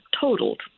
totaled